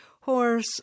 horse